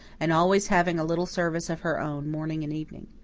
and always having a little service of her own, morning and evening.